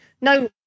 no